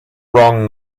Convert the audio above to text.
wrong